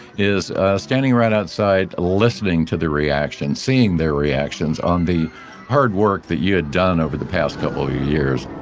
is standing right outside listening to their reactions, seeing their reactions on the hard work that you had done over the past couple of years